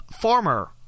former